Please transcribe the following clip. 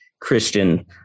Christian